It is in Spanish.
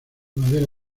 madera